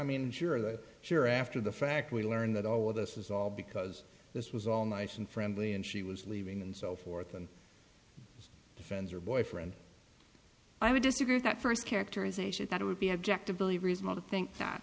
mean sure that sure after the fact we learn that all of this is all because this was all nice and friendly and she was leaving and so forth and defend her boyfriend i would disagree with that first characterization that it would be objectively reasonable to think that